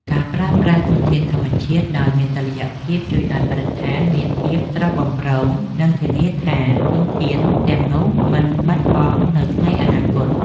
ការប្រើប្រាស់ធនធានធម្មជាតិដោយមានតុល្យភាពជួយឱ្យបរិស្ថានមានភាពស្រស់បំព្រង និងធានាថាធនធានទាំងនោះមិនបាត់បង់នៅថ្ងៃអនាគត។